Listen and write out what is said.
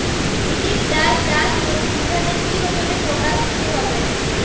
বিরির ডাল চাষ প্রতি বিঘাতে কি ওজনে পটাশ দিতে হবে?